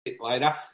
later